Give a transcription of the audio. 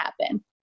happen